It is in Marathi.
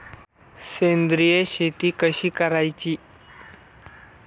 सेंद्रिय शेती कशी करायची?